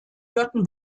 hörten